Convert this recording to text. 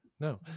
No